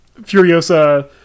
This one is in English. Furiosa